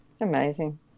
Amazing